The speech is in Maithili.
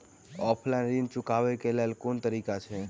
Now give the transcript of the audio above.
ऑफलाइन ऋण चुकाबै केँ केँ कुन तरीका अछि?